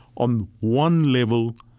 on one level